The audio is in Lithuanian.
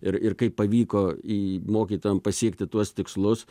ir ir kaip pavyko į mokytojam pasiekti tuos tikslus